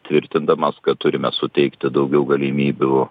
tvirtindamas kad turime suteikti daugiau galimybių